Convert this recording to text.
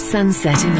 Sunset